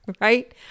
right